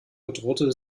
bedrohte